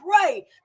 pray